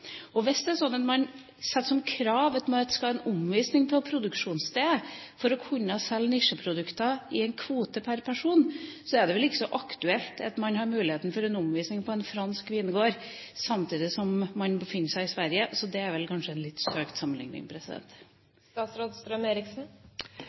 Hvis man setter som krav at man skal ha en omvisning på produksjonsstedet for å kunne selge nisjeprodukter i en kvote per person, er det vel ikke så aktuelt at man får mulighet til en omvisning på en fransk vingård samtidig som man befinner seg i Sverige. Det er vel kanskje en litt